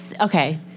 Okay